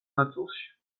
ნაწილში